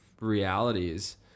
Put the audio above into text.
realities